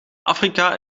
afrika